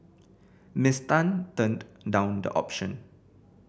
Miss Tan turned down the option